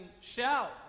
shout